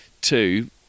two